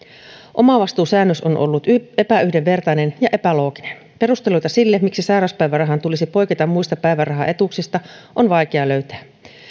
omavastuusäännös on ollut epäyhdenvertainen ja epälooginen perusteluita sille miksi sairauspäivärahan tulisi poiketa muista päivärahaetuuksista on vaikea löytää